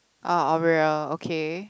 uh oreo okay